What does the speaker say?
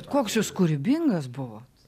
koks jūs kūrybingas buvot